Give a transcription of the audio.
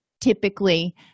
typically